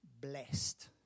blessed